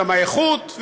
גם האיכות,